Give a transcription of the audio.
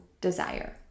desire